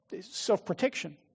self-protection